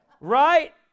Right